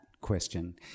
question